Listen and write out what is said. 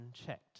unchecked